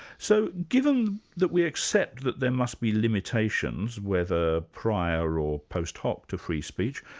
so given that we accept that there must be limitations, whether prior or post hoc, to free speech,